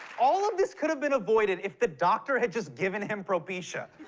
all of this could've been avoided if the doctor had just given him propecia.